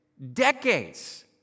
decades